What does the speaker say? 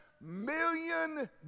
million